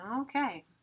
Okay